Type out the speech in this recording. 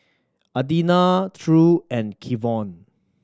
Adina True and Kevon